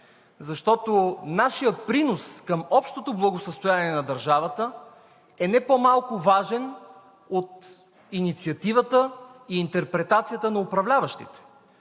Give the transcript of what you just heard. Защото нашият принос към общото благосъстояние на държавата е не по-малко важен от инициативата и интерпретацията на управляващите.